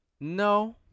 No